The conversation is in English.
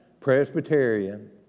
Presbyterian